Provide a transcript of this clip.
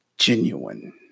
Genuine